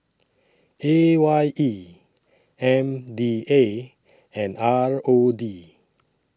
A Y E M D A and R O D